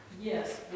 Yes